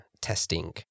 testing